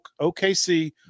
OKC